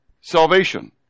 salvation